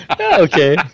Okay